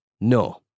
No